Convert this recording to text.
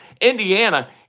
Indiana